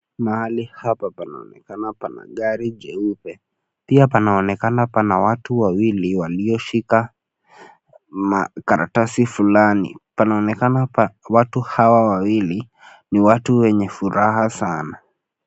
Mahali hapa panaonekana pana gari jeupe, pia panaonekana pana watu wawili walioshika makaratasi fulani, panaonekana watu hawa wawili ni watu wenye furaha sana.